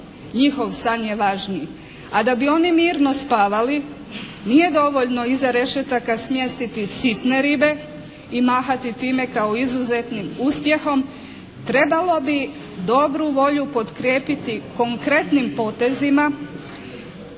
Njihov san je važniji. A da bi oni mirno spavali, nije dovoljno iza rešetaka smjestiti sitne ribe i mahati time kao izuzetnim uspjehom, trebalo bi dobru volju potkrijepiti konkretnim potezima